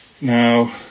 Now